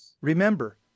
remember